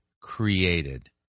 created